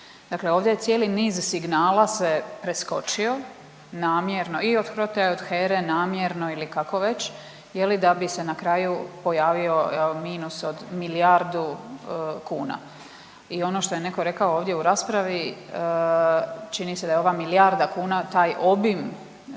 Dakle, ovdje je cijeli niz signala se preskočio namjerno i od HROTE i od HERA-e namjerno ili kako već da bi se na kraju pojavio minus od milijardu kuna. I ono što je neko rekao ovdje u raspravi, čini se da je ova milijarda kuna taj obim